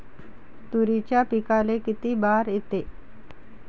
तुरीच्या पिकाले किती बार येते?